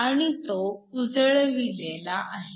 आणि तो उजळविलेला आहे